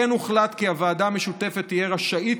כמו כן הוחלט כי הוועדה המשותפת תהיה רשאית